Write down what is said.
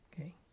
okay